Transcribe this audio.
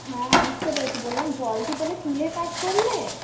হ্যাঁ বুঝতে পেরেছি বললাম জল কি তাহলে তুলে কাজ করলে